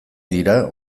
dira